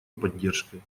поддержкой